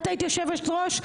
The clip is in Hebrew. את היית יושבת ראש,